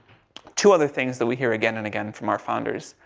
two other things that we hear again and again from our founders,